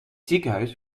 ziekenhuis